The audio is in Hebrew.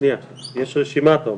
יש רשימה אתה אומר.